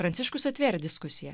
pranciškus atvėrė diskusiją